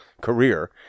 career